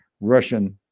Russian